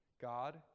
God